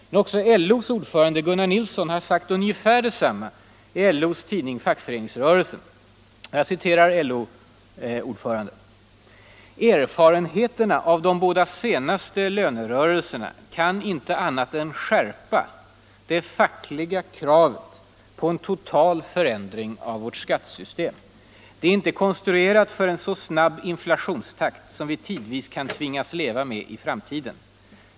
Men också LO:s ordförande Gunnar Nilsson har sagt ungefär detsamma i LO:s tidning Fackföreningsrörelsen: ”Erfarenheterna av de båda senaste lönerörelserna kan inte annat än skärpa det fackliga kravet på en total förändring av vårt skattesystem. Det är inte konstruerat för en så snabb inflationstakt, som vi tidvis kan tvingas leva med i framtiden.